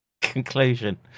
conclusion